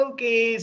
Okay